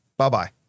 Bye-bye